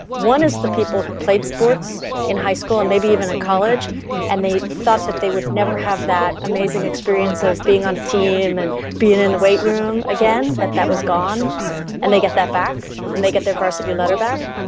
one is the people who played sports in high school and maybe even in college and they thought that they would never have that amazing experience of being on the team and being in the wait room again that that was gone and they get that back and they get their varsity letter back.